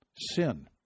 sin